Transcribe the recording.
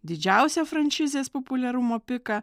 didžiausią franšizės populiarumo piką